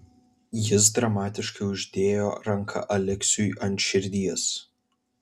jis dramatiškai uždėjo ranką aleksiui ant širdies